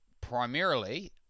primarily